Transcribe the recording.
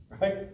right